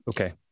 okay